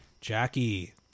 Jackie